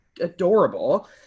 adorable